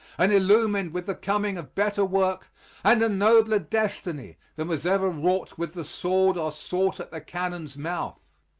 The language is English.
and illumined with the coming of better work and a nobler destiny than was ever wrought with the sword or sought at the cannon's mouth.